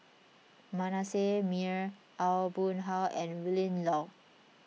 Manasseh Meyer Aw Boon Haw and Willin Low